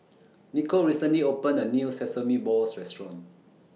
Nico recently opened A New Sesame Balls Restaurant